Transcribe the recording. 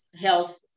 health